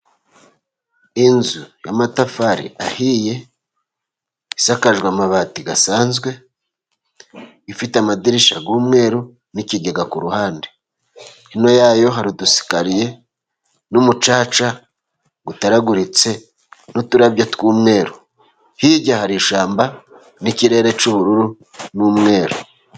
Inzu y'amatafari ahiye, isakajwe amabati asanzwe. Ifite amadirishya y'umweru n'ikigega ku ruhande . Hino yayo hai udusikariye n'umucaca utaraguritse n'uturabyo tw'umweru. Hirya hari ishyamba n'ikirere cy'ubururu n'umweru.